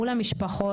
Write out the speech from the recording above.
מול המשפחות.